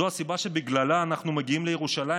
זו הסיבה שבגללה אנחנו מגיעים לירושלים,